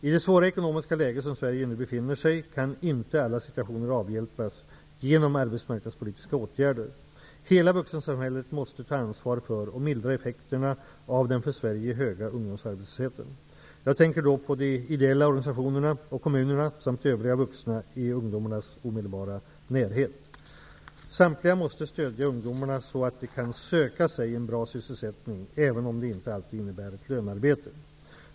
I det svåra ekonomiska läge som Sverige nu befinner sig i kan inte alla situationer avhjälpas genom arbetsmarknadspolitiska åtgärder. Hela vuxensamhället måste ta ansvar för och mildra effekterna av den för Sverige höga ungdomsarbetslösheten. Jag tänker då på de ideella organisationerna och kommunerna samt övriga vuxna i ungdomarnas omedelbara närhet. Samtliga måste stödja ungdomarna så att de kan söka sig en bra sysselsättning, även om det inte alltid innebär ett lönearbete.